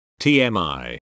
TMI